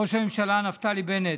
ראש הממשלה נפתלי בנט,